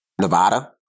Nevada